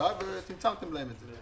וצמצמתם את זה?